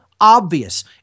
obvious